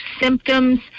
symptoms